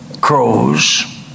crows